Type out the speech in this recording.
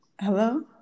Hello